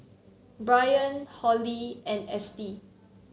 Brian Holly and Estie